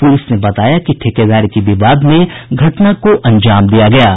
police ने बताया कि ठेकेदारी के विवाद में घटना को अंजाम दिया गया है